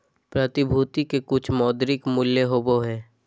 प्रतिभूति के कुछ मौद्रिक मूल्य होबो हइ